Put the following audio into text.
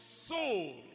soul